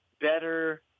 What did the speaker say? better